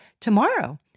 tomorrow